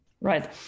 right